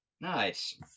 nice